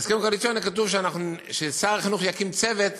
בהסכם הקואליציוני כתוב ששר החינוך יקים צוות,